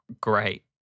great